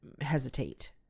hesitate